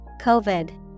COVID